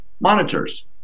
monitors